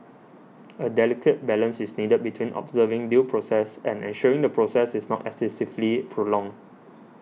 a delicate balance is needed between observing due process and ensuring the process is not excessively prolonged